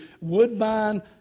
Woodbine